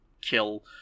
kill